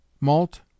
malt